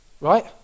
right